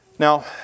Now